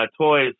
toys